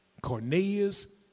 Cornelius